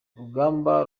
urugamba